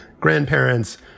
grandparents